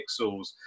pixels